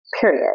period